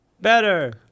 better